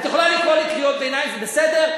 את יכולה לקרוא לי קריאות ביניים, זה בסדר.